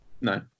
no